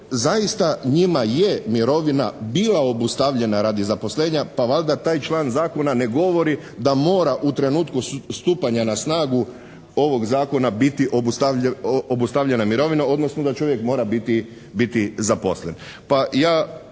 zaista njima je mirovina bila obustavljena radi zaposlenja pa valjda taj član zakona ne govori da mora u trenutku stupanja na snagu ovog zakona biti obustavljena mirovina, odnosno da čovjek mora biti zaposlen.